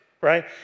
right